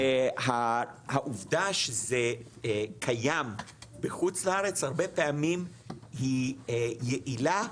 והעובדה שזה קיים בחוץ לארץ הרבה פעמים היא יעילה,